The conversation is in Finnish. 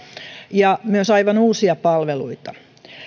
ja myös aivan uusia palveluita